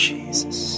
Jesus